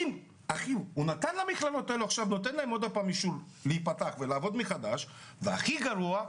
הוא נותן למכללות האלה שוב אישור להיפתח ולעבוד והכי גרוע,